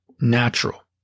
Natural